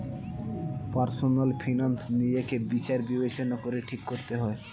personal finance নিজেকে বিচার বিবেচনা করে ঠিক করতে হবে